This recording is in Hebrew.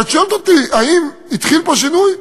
אבל את שואלת אותי, האם התחיל פה שינוי?